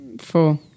Four